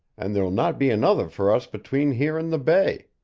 and there'll not be another for us between here and the bay.